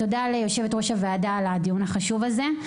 תודה ליושבת-ראש הוועדה על הדיון החשוב הזה,